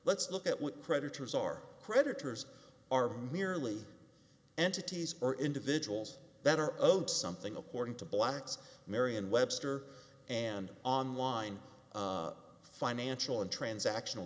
let's look at what creditors are creditors are merely entities or individuals that are owed something according to black's marian webster an online financial and transaction